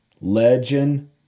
Legend